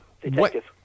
detective